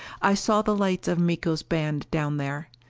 i saw the lights of miko's band down there.